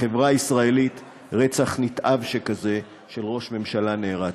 לחברה הישראלית, רצח נתעב שכזה של ראש ממשלה נערץ?